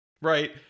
Right